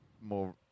more